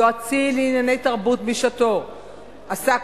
יועצי לענייני תרבות בשעתו עסק